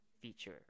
feature